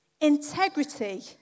Integrity